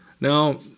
Now